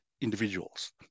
individuals